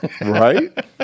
Right